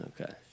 Okay